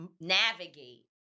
navigate